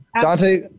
Dante